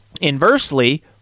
Inversely